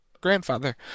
grandfather